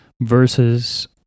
versus